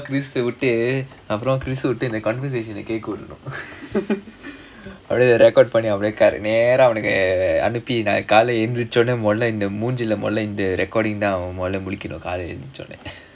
kirish விட்டு அப்புறம்:vittu appuram kirish விட்டு அந்த:vittu andha conversation ah கேட்க விடணும்:ketka vidanum record பண்ணி நேர அவனுக்கு அனுப்பி:panni nera avanuku anuppi recording down அவன் குளிக்கணும் காலைல எந்திரிச்ச உடனே:avan kulikanum kalaila endhiricha udanae